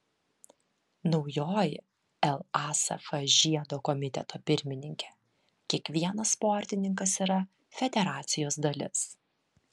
naujoji lasf žiedo komiteto pirmininkė kiekvienas sportininkas yra federacijos dalis